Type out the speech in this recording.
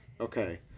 Okay